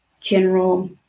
general